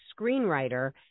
screenwriter